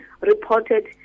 reported